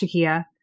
Shakia